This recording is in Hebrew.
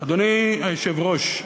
אדוני היושב-ראש,